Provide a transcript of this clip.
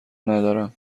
ندارم